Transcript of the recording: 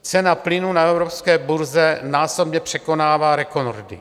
Cena plynu na evropské burze násobně překonává rekordy.